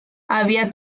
había